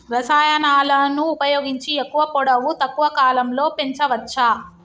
రసాయనాలను ఉపయోగించి ఎక్కువ పొడవు తక్కువ కాలంలో పెంచవచ్చా?